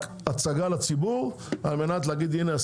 זוהי רק הצגה לציבור על מנת להגיד: "הנה,